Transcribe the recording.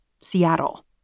Seattle